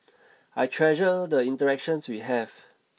I treasure the interactions we have